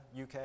UK